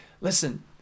listen